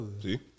See